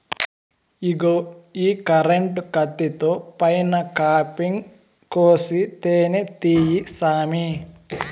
ఇగో ఈ కరెంటు కత్తితో పైన కాపింగ్ కోసి తేనే తీయి సామీ